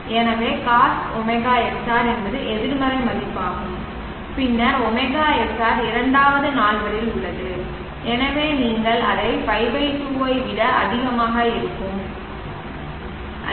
எனவே cos ωsr என்பது எதிர்மறை மதிப்பாகும் பின்னர் ωsr இரண்டாவது நால்வரில் உள்ளது எனவே நீங்கள் அதை π 2 ஐ விட அதிகமாக இருக்கும் 2